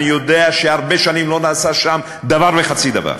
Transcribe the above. אני יודע שהרבה שנים לא נעשה שם דבר וחצי דבר.